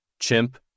chimp